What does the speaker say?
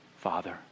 Father